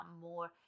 more